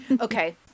Okay